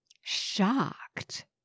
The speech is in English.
shocked